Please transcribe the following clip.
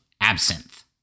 absinthe